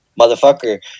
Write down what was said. motherfucker